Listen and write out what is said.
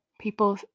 people